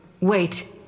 Wait